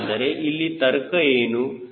ಹಾಗಾದರೆ ಇಲ್ಲಿ ತರ್ಕ ಏನು